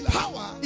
power